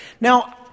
Now